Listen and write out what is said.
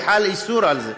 כי חל איסור על זה.